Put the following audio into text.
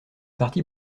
partie